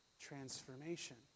transformation